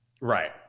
right